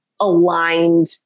aligned